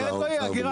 אחרת לא תהיה אגירה.